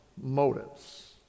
motives